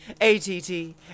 A-T-T